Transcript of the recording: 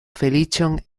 feliĉon